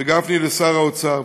וגפני, לשר האוצר.